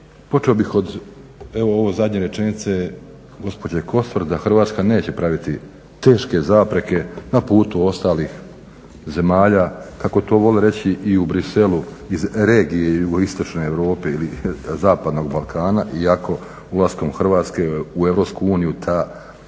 Počeo bih od evo zadnje rečenice gospođe Kosor da Hrvatska neće praviti teške zapreke na putu ostalih zemalja kako to vole reći u Bruxellesu iz regije Jugoistočne Europe ili zapadnog balkana i ako ulaskom RH u EU ta takozvana